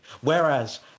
Whereas